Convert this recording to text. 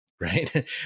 right